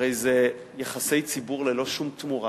הרי זה יחסי ציבור ללא שום תמורה,